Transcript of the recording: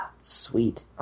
Sweet